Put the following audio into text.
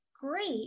great